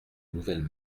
nouvelles